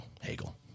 Hegel